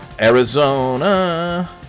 Arizona